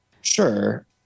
Sure